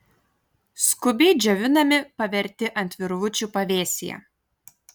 skubiai džiovinami paverti ant virvučių pavėsyje